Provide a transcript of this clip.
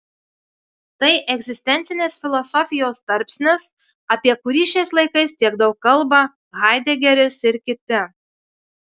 tai egzistencinės filosofijos tarpsnis apie kurį šiais laikais tiek daug kalba haidegeris ir kiti